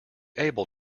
able